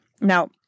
Now